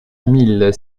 mille